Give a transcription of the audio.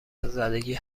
زدگی